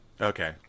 Okay